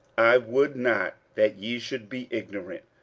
i would not that ye should be ignorant,